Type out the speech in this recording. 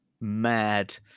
mad